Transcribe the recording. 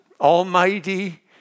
almighty